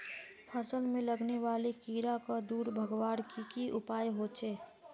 फसल में लगने वाले कीड़ा क दूर भगवार की की उपाय होचे?